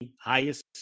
highest